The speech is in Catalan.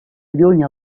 lluny